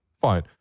fine